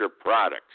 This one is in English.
products